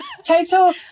total